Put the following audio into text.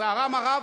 לצערם הרב,